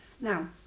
Now